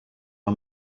her